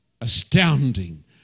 astounding